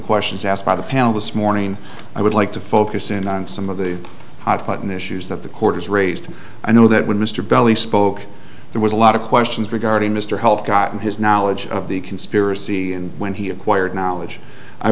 questions asked by the panel this morning i would like to focus in on some of the hot button issues that the court has raised i know that when mr belly spoke there was a lot of questions regarding mr health cotten his knowledge of the conspiracy and when he acquired knowledge i